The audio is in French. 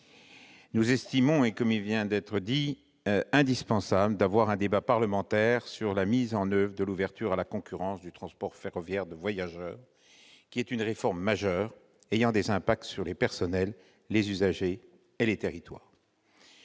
nous estimons indispensable d'avoir un débat parlementaire sur la mise en oeuvre de l'ouverture à la concurrence du transport ferroviaire de voyageurs, une réforme majeure ayant des impacts sur les personnels, les usagers et les territoires.